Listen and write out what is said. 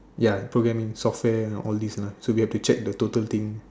ya programming software all these lah so we have to check the total thing